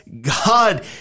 God